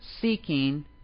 seeking